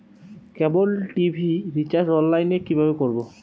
কেবল TV recharge online এ কিভাবে করব?